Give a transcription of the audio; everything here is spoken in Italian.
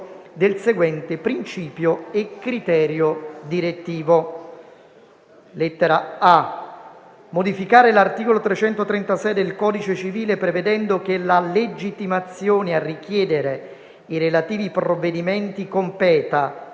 del seguente principio e criterio direttivo: